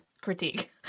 critique